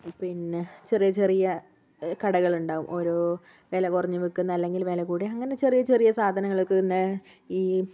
പിന്നെ ചെറിയ ചെറിയ കടകളുണ്ടാകും ഓരോ വില കുറഞ്ഞ് വിൽക്കുന്ന അല്ലെങ്കിൽ വിലകൂടിയ അങ്ങനെ ചെറിയ ചെറിയ സാധനങ്ങൾക്ക് പിന്നെ ഈ